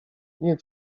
nie